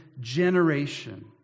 generation